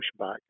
pushback